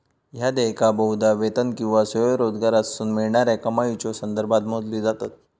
ह्या देयका बहुधा वेतन किंवा स्वयंरोजगारातसून मिळणाऱ्या कमाईच्यो संदर्भात मोजली जातत